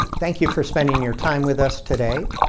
thank you for spending your time with us today.